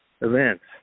events